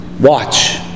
Watch